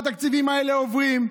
והתקציבים האלה עוברים,